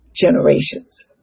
generations